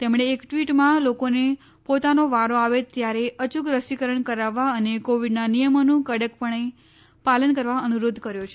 તેમણે એક ટ્વીટમાં લોકોને પોતાનો વારો આવે ત્યારે અયૂક રસીકરણ કરાવવા અને કોવિડના નિયમોનું કડકપણે પાલન કરવા અનુરોધ કર્યો છે